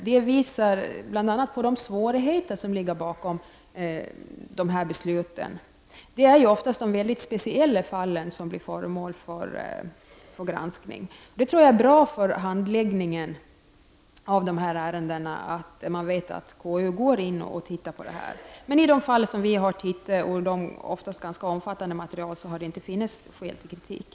Denna granskning visar på de svårigheter som ligger bakom dessa beslut. Det är oftast specialfallen som blir föremål för granskning. Det är bra för handläggningen att man vet att konstitutionsutskottet går in och ser på dessa ärenden. I de fall med ofta ganska omfattande material som vi har undersökt har det inte funnits skäl till kritik.